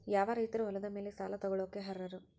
ಯಾವ ರೈತರು ಹೊಲದ ಮೇಲೆ ಸಾಲ ತಗೊಳ್ಳೋಕೆ ಅರ್ಹರು?